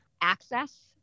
access